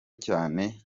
cyane